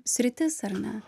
sritis ar ne